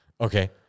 Okay